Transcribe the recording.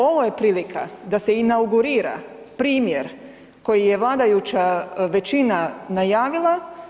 Ovo je prilika da se inaugurira primjer koji je vladajuća većina najavila.